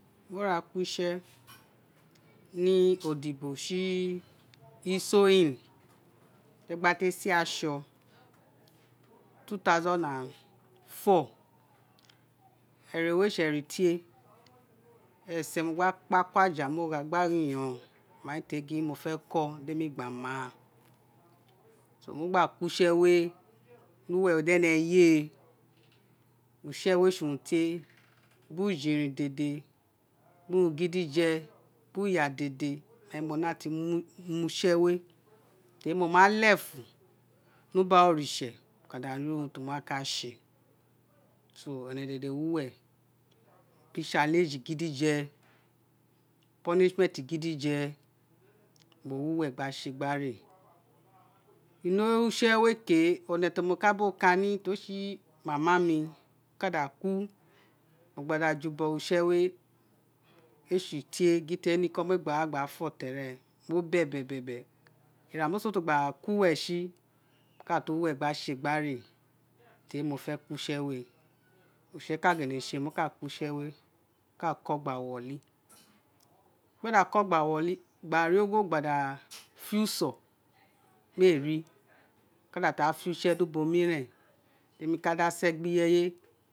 Mo ra ko use ni dibo si so hill ri a gba te se aso 2004 ere we ee se ere tie esan mo gba kpa kuri aja mi mogha gba to igonghan mala te ri mo fe ko i de mi gba maa so mo gba ko usewe ni uwe we di ene ye use we ese urun tie biri ujivin dede biri urun gi dije biri iya dede mo la ti ma use we biri mo ma le fun ni ubara oritse mo ka da ri urun ti mo loa ka se sa are dede woi une ee si allied gidije i punishment gidije mo wi uwe gba se gbe re ino use we ke one temi ka be kani ti o se miami mi okada ku o gba da ju ubo re ubo use we isi urun tie a gill ni ko owun re se ti wa gba fi fene mo be be be ira mo so te gba ku loe si mo ka kpe uwe gba se gba re teri mo te ko use we oritse ka rele se mo ka ko use we mo ka ko gbe woli mo gba da so gba bolu gba ri ogho gba da fe uso mee ri mi ka datu re de use ni ubo mire woli mo gba da ko gba woli gbari ogho gba da fe uso mee ri mo ka datu ra fe use ni ubo miren de mi ka da se gbe ireye